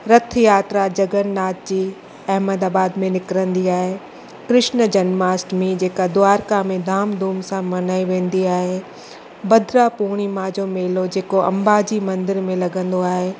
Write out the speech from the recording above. रथ यात्रा जगन्नाथ जी अहमदाबाद में निकिरंदी आहे कृष्न जन्माष्टमी जे का द्वारका में धाम धूम सां मल्हाई वेंदी आहे भद्रा पूर्णीमा जो मेलो जे को अंबाजी मंदर में लॻंदो आहे